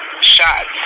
shots